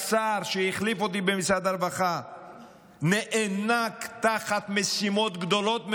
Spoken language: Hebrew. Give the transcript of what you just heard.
השר שהחליף אותי במשרד הרווחה נאנק תחת משימות גדולות מאוד,